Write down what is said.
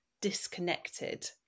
disconnected